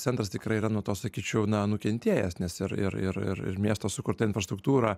centras tikrai yra nuo to sakyčiau na nukentėjęs nes ir ir ir ir ir miesto sukurta infrastruktūra